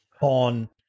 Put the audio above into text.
on